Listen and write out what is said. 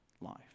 life